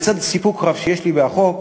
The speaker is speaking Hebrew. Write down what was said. לצד סיפוק רב שיש לי מהחוק,